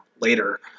later